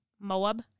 Moab